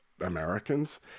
americans